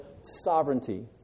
sovereignty